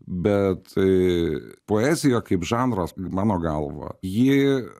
bet i poezija kaip žanras mano galva ji